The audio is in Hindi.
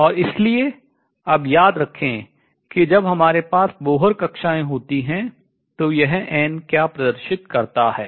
और इसलिए अब याद रखें कि जब हमारे पास बोहर कक्षाएँ होती हैं तो यह n क्या प्रदर्शित करता है